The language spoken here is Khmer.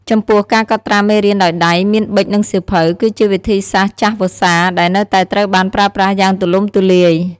ចំពោះ ការកត់ត្រាមេរៀនដោយដៃ មាន ប៊ិចនិងសៀវភៅ គឺជាវិធីសាស្ត្រចាស់វស្សាដែលនៅតែត្រូវបានប្រើប្រាស់យ៉ាងទូលំទូលាយ។